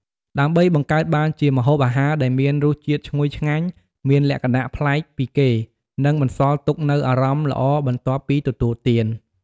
ដើម្បីបង្កើតបានជាម្ហូបអាហារដែលមានរសជាតិឈ្ងុយឆ្ងាញ់ មានលក្ខណៈប្លែកពីគេ និងបន្សល់ទុកនូវអារម្មណ៍ល្អបន្ទាប់ពីទទួលទាន។